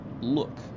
look